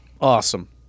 Awesome